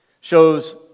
shows